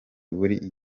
buri